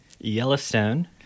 Yellowstone